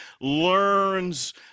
learns